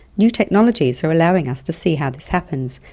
new technologies are allowing us to see how this happens,